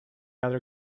other